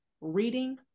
reading